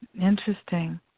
Interesting